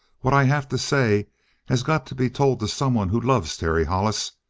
what i have to say has got to be told to someone who loves terry hollis.